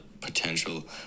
potential